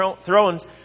thrones